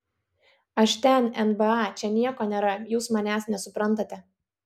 aš ten nba čia nieko nėra jūs manęs nesuprantate